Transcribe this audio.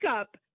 up